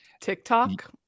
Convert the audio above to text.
TikTok